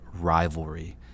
rivalry